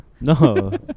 No